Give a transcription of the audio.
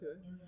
Okay